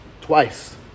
twice